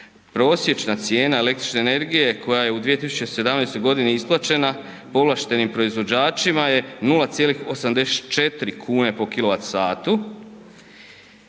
Prosječna cijena električne energije koja je u 2017. godini isplaćena povlaštenim proizvođačima je 0,84kn po kW